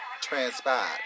transpired